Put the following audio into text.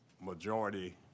majority